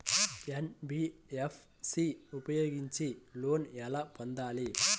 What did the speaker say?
NBFC ఉపయోగించి loan ఎలా పొందాలి?